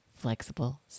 Flexible